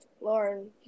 Lauren